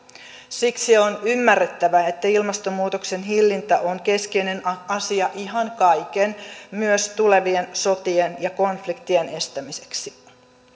siksi on ymmärrettävä että ilmastonmuutoksen hillintä on keskeinen asia ihan kaiken kannalta myös tulevien sotien ja konfliktien estämiseksi